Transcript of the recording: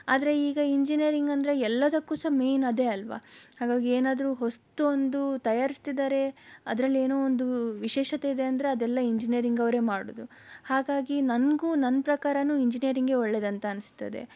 ಆದರೆ ಈಗ ಇಂಜಿನಿಯರಿಂಗ್ ಅಂದರೆ ಎಲ್ಲದಕ್ಕೂ ಸಹ ಮೇನ್ ಅದೇ ಅಲ್ವಾ ಹಾಗಾಗಿ ಏನಾದರೂ ಹೊಸತು ಒಂದು ತಯಾರಿಸ್ತಿದ್ದಾರೆ ಅದರಲ್ಲಿ ಏನೋ ಒಂದು ವಿಶೇಷತೆ ಇದೆ ಅಂದರೆ ಅದೆಲ್ಲ ಇಂಜಿನಿಯರಿಂಗ್ ಅವರೇ ಮಾಡುವುದು ಹಾಗಾಗಿ ನನಗೂ ನನ್ನ ಪ್ರಕಾರವೂ ಇಂಜಿನಿಯರಿಂಗೆ ಒಳ್ಳೆಯದಂತ ಅನ್ನಿಸ್ತದೆ